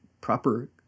proper